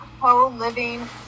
co-living